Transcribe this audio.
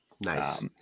nice